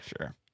sure